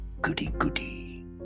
goody-goody